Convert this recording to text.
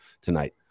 tonight